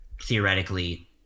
theoretically